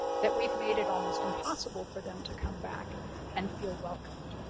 that we've made it almost impossible for them to come back and feel welcomed.